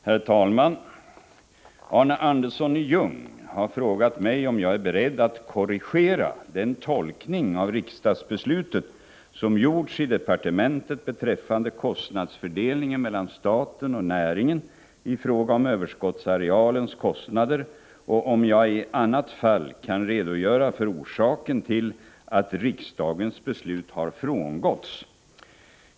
Herr talman! Arne Andersson i Ljung har frågat mig om jag är beredd att korrigera den tolkning av riksdagsbeslutet som gjorts i departementet beträffande kostnadsfördelningen mellan staten och näringen i fråga om överskottsarealens kostnader och om jag i annat fall kan redogöra för orsaken till att riksdagens beslut har frångåtts.